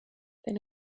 then